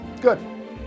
Good